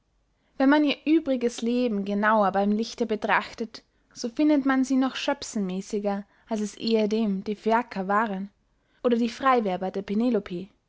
wenn man ihr übriges leben genauer beym lichte betrachtet so findet man sie noch schöpsenmässiger als es ehedem die phäacier waren oder die freywerber der penelope